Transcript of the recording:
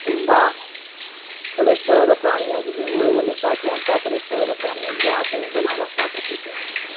ತುಂಬ ಬಲಿಷ್ಠವಾದ ಪ್ರಾಣಿಯಾಗಿದೆ ಊರಿನಲ್ಲಿ ಸಾಕುವಂಥ ಬಲಿಷ್ಠವಾದ ಪ್ರಾಣಿಯಾಗಿದೆ ಆದ್ದರಿಂದ ನಾನು ಸಾಕುತ್ತಿದ್ದೇನೆ